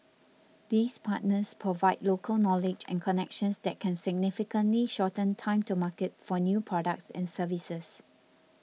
these partners provide local knowledge and connections that can significantly shorten time to market for new products and services